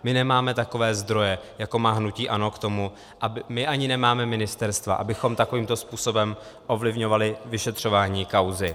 My nemáme takové zdroje, jako má hnutí ANO, my ani nemáme ministerstva, abychom takovýmto způsobem ovlivňovali vyšetřování kauzy.